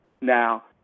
now